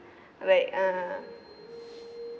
like uh